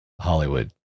Hollywood